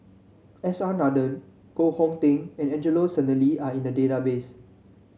S R Nathan Koh Hong Teng and Angelo Sanelli are in the database